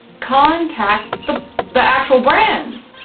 contact the the actual brands.